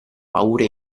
paure